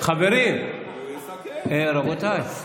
--- חברים, רבותיי.